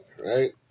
right